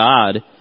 God